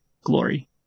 glory